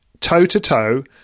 toe-to-toe